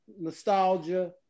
Nostalgia